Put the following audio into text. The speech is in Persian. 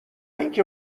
اینکه